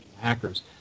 hackers